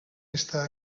esta